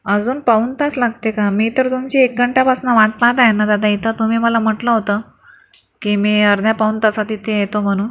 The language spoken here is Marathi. अजून पाऊण तास लागते का मी तर तुमची एक घंटापासून वाट पाहत आहे ना दादा इथं तुम्ही मला म्हटलं होतं की मी अर्ध्या पाऊण तासात इथे येतो म्हणून